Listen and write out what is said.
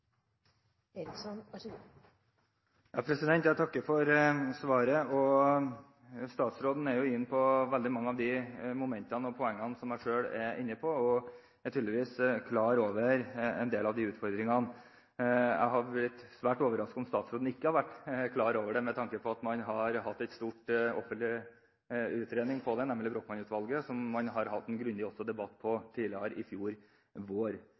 og er tydeligvis klar over en del av utfordringene. Jeg hadde blitt svært overrasket hvis statsråden ikke hadde vært klar over dem, med tanke på at man har hatt en stor offentlig utredning av det, nemlig fra Brochmann-utvalget, som man også har hatt en grundig debatt om tidligere – i fjor vår.